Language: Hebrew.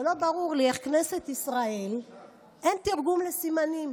ולא ברור לי איך בכנסת ישראל אין תרגום לשפת הסימנים.